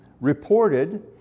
reported